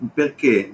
perché